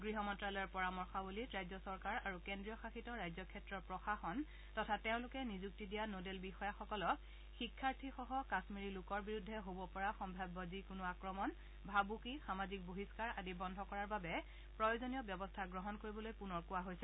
গৃহ মন্ত্যালয়ৰ পৰামৰ্শৱলীত ৰাজ্য চৰকাৰ আৰু কেন্দ্ৰীয়শাসিত ৰাজ্য ক্ষেত্ৰৰ প্ৰশাসন তথা তেওঁলোকে নিযুক্তি দিয়া নোডেল বিষয়াসকলক শিক্ষাৰ্থীসহ কাম্মিৰী লোকৰ বিৰুদ্ধে হ'ব পৰা সম্ভাব্য যিকোনো আক্ৰমণ ভাবুকি সামাজিক বহিহ্ণাৰ আদি বন্ধ কৰাৰ বাবে প্ৰয়োজনীয় ব্যৱস্থা গ্ৰহণ কৰিবলৈ পুনৰ কোৱা হৈছে